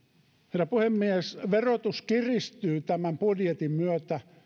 herra puhemies verotus kiristyy tämän budjetin myötä